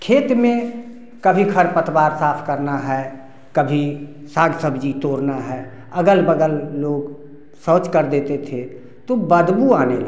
खेत में कभी खर पतवार साफ करना है कभी साग सब्जी तोड़ना है अगल बगल लोग शौच कर देते थे बदबू आने लगता था